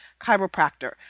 chiropractor